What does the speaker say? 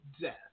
death